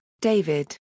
David